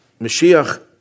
Mashiach